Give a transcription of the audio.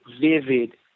vivid